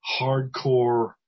hardcore